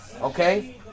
okay